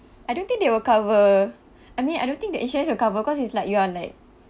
I don't think they will cover I mean I don't think the insurance will cover cause it's like you are like